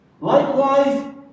Likewise